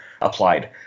applied